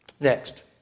Next